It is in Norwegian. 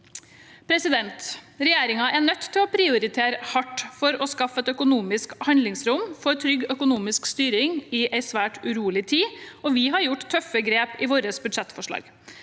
forvaltningen. Regjeringen er nødt til å prioritere hardt for å skaffe et økonomisk handlingsrom for trygg økonomisk styring i en svært urolig tid, og vi har gjort tøffe grep i vårt budsjettforslag.